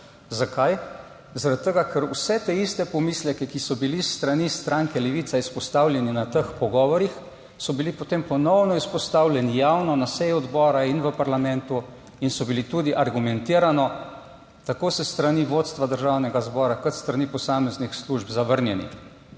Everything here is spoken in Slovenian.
Zaradi tega, ker vse te iste pomisleke, ki so bili s strani stranke Levica izpostavljeni na teh pogovorih, so bili potem ponovno izpostavljeni javno na seji odbora in v parlamentu in so bili tudi argumentirano tako s strani vodstva Državnega zbora, kot s strani posameznih služb zavrnjeni.